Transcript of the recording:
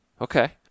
Okay